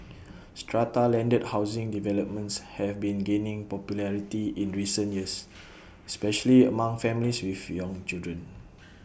strata landed housing developments have been gaining popularity in recent years especially among families with young children